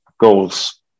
goals